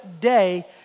day